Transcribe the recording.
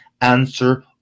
answer